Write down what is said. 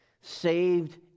Saved